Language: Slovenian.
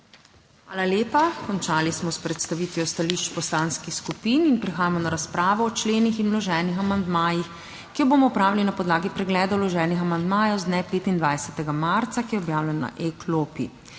Hvala lepa. Končali smo s predstavitvijo stališč poslanskih skupin in prehajamo na razpravo o členih in vloženih amandmajih, ki jo bomo opravili na podlagi pregleda vloženih amandmajev z dne 25. marca, ki je objavljen na e-klopi.